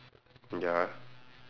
ya